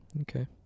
okay